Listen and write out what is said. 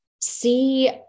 see